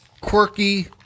Quirky